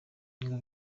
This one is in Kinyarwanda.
ngo